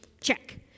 check